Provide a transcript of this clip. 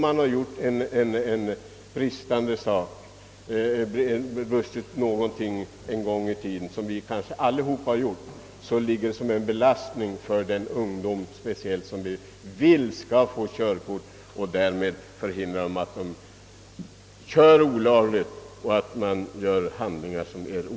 Den som brustit i något avseende någon gång i livet — som vi kanske gjort allesammans — har detta som en belastning. Men vi vill ju att de unga skall kunna ta körkort; därmed undviker man att de kör olovligt etc.